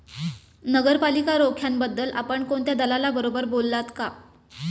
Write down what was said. नगरपालिका रोख्यांबद्दल आपण कोणत्या दलालाबरोबर बोललात का?